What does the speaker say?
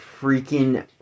freaking